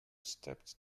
stepped